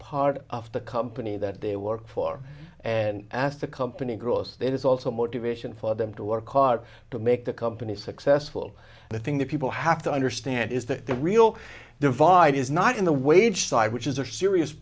part of the company that they work for and ask the company grows then it's also motivation for them to our car to make the company successful the thing that people have to understand is that the real divide is not in the wage side which is a serious